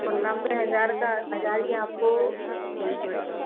और नब्बे हजार का हजार की आपको चेन पड़ेगी